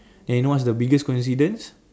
then what is the biggest coincidence